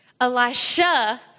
Elisha